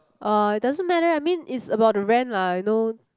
uh it doesn't matter I mean it's about the rent lah you know